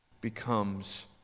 becomes